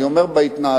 אני אומר בהתנהלות.